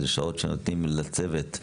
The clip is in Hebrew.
זה שעות שנותנים לצוות,